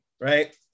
right